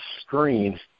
screen